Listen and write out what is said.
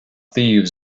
thieves